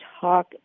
talk